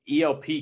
ELP